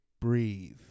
breathe